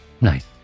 Nice